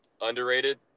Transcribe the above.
underrated